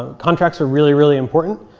ah contracts are really, really important.